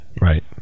right